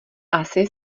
asi